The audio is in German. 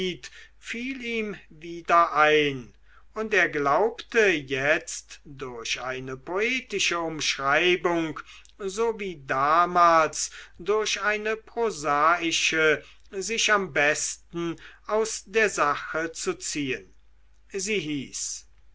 fiel ihm wieder ein und er glaubte jetzt durch eine poetische umschreibung so wie damals durch eine prosaische sich am besten aus der sache zu ziehen sie hieß